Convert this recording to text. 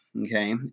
Okay